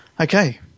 Okay